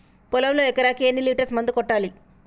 పొలంలో ఎకరాకి ఎన్ని లీటర్స్ మందు కొట్టాలి?